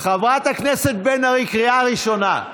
חברת הכנסת בן ארי, קריאה ראשונה.